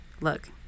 Look